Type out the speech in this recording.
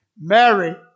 Mary